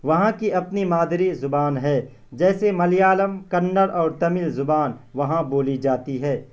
وہاں کی اپنی مادری زبان ہے جیسے ملیالم کنڑ اور تمل زبان وہاں بولی جاتی ہے